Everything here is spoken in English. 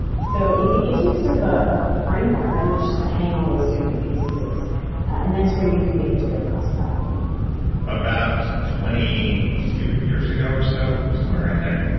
so it it gives you sort of ah a framework on which to hang all these different pieces and that's where you can begin to go cross platform about twenty two years ago or so, somewhere around there,